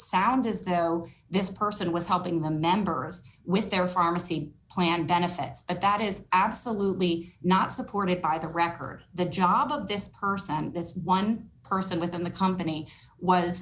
sound as though this person was helping the members with their pharmacy plan benefits but that is absolutely not supported by the record the job of this person and this one person within the company was